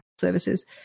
services